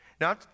Now